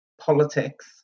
politics